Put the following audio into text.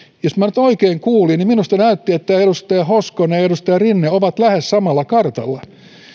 jos minä nyt oikein kuulin minusta näytti että edustaja hoskonen ja edustaja rinne ovat lähes samalla kartalla